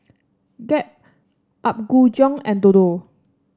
Gap Apgujeong and Dodo